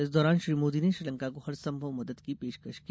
इस दौरान श्री मोदी ने श्रीलंका को हरसंभव मदद की पेशकश की